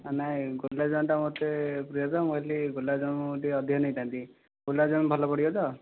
ନାଇଁ ଗୋଲାପଯାମୁଟା ମୋତେ ପ୍ରିୟ ତ ମୁଁ ଭାବିଲି ଗୋଲାପଜାମୁ ଟିକେ ଅଧିକ ନେଇଥାନ୍ତି ଗୋଲାପଜାମୁ ଭଲ ପଡ଼ିବ ତ